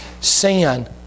Sin